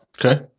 Okay